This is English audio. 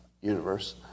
universe